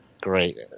Great